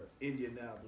Indianapolis